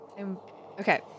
Okay